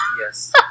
Yes